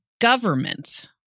government